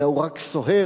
אלא הוא רק סוהר,